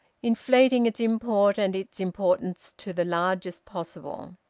inflating its import and its importance to the largest possible.